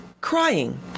crying